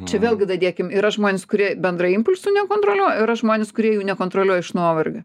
čia vėlgi dadėkim yra žmonės kurie bendrai impulsų nekontroliuoja yra žmonės kurie jų nekontroliuoja iš nuovargio